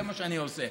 זה מה שאני עושה.